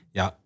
ja